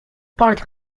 party